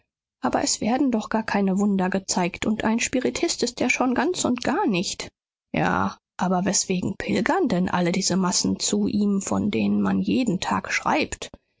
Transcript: aber es werden doch gar keine wunder gezeigt und ein spiritist ist er schon ganz und gar nicht ja aber weswegen pilgern denn all diese massen zu ihm von denen man jeden tag schreibt